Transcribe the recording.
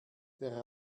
der